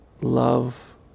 Love